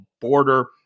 border